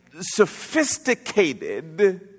sophisticated